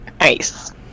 Nice